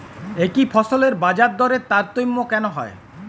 একই ফসলের বাজারদরে তারতম্য কেন হয়?